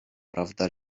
prawda